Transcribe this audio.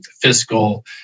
fiscal